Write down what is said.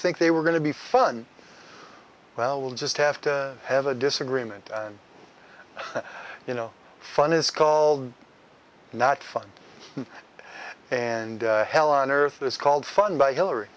think they were going to be fun well we'll just have to have a disagreement you know fun is called not fun and hell on earth is called fun by hillary